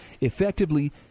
effectively